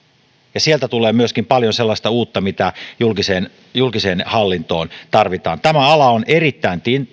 sieltä tulee myöskin paljon sellaista uutta mitä julkiseen julkiseen hallintoon tarvitaan tämä ala on erittäin